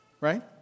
right